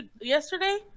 Yesterday